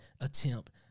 attempt